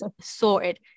sorted